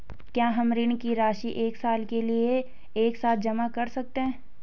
क्या हम ऋण की राशि एक साल के लिए एक साथ जमा कर सकते हैं?